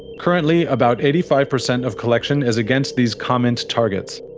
currently, about eighty five percent of collection is against these comint targets.